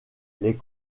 les